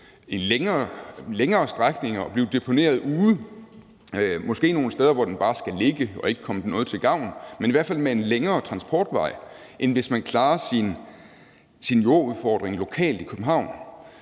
på længere strækninger og blive deponeret ude, måske nogle steder, hvor den bare skal ligge og ikke være til gavn efter at have haft en lang transportvej, klarer man sin jordudfordring lokalt i København.